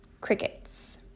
crickets